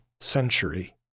Century